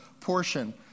portion